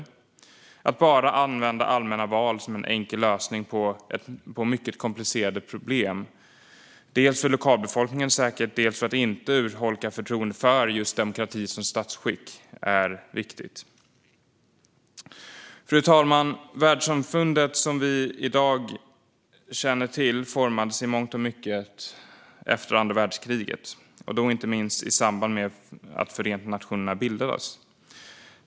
Det är viktigt att inte bara använda allmänna val som en enkel lösning på mycket komplicerade problem dels för lokalbefolkningens säkerhet, dels för att inte urholka förtroendet för demokrati som statsskick. Fru talman! Världssamfundet som vi i dag känner till formades i mångt och mycket efter andra världskriget och då inte minst i samband med att Förenta nationerna bildades.